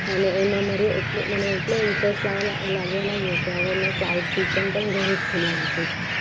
અને એમાં મારું એટલું મને એટલો ઇન્ટરસ્ટ આવા લા લાગવા લાગ્યો કે હવે મેં ક્લાઉડ કિચન પણ ઘરે જ ખોલી નાખ્યું છે